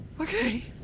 Okay